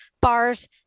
bars